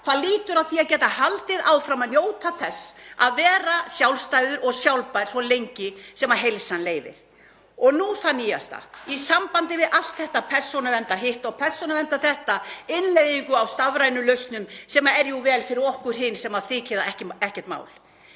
algjörlega í því að geta haldið áfram að njóta þess að vera sjálfstæður og sjálfbær, svo lengi sem heilsan leyfir. Og nú það nýjasta í sambandi við allt þetta persónuverndar-hitt og persónuverndar- þetta, innleiðingu á stafrænum lausnum, sem er jú vel fyrir okkur hin sem þykir það ekkert mál,